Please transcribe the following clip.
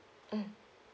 mm